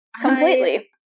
Completely